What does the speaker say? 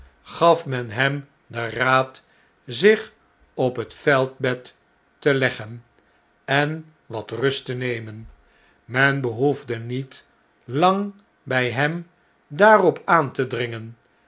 gaf men hem den raad zich op het veldbed te leggen en wat rust te nemen men behoefde niet lang bg hem daarop aan te dringen